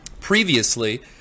Previously